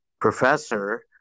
professor